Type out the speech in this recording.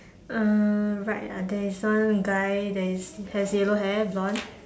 uh right ah there is one guy that is has yellow hair blonde